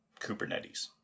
Kubernetes